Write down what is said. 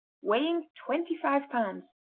weighing twenty-five pounds.